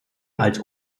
als